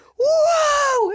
whoa